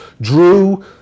drew